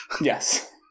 Yes